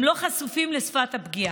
הם לא חשופים לשפת הפגיעה.